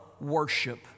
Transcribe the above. worship